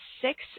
Six